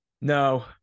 No